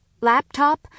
laptop